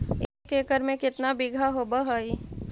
एक एकड़ में केतना बिघा होब हइ?